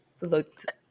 looked